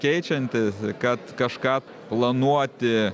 keičiantis kad kažką planuoti